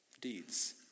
deeds